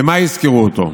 במה יזכרו אותו?